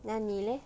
那你 leh